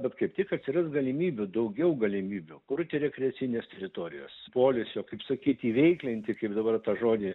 bet kaip tik atsiras galimybių daugiau galimybių kurti rekreacines teritorijas polisio kaip sakyt įveiklinti kaip dabar tą žodį